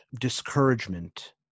discouragement